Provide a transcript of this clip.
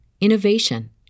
innovation